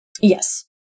Yes